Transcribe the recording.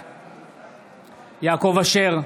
בעד יעקב אשר,